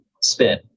spin